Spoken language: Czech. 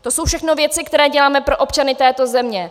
To jsou všechno věci, které děláme pro občany této země.